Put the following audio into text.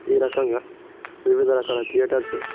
ఈ రకంగా వివిధ రకాల థియేటర్సు